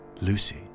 Lucy